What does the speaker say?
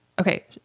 okay